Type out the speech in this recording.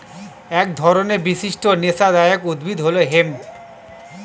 এক ধরনের বিশিষ্ট নেশাদায়ক উদ্ভিদ হল হেম্প